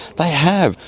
they have.